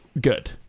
good